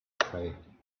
pray